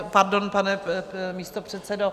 Pardon, pane místopředsedo.